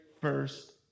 first